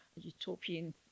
utopian